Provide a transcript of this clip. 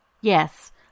Yes